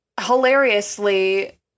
hilariously